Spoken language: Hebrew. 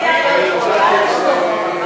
שלא